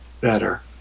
better